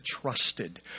trusted